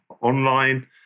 online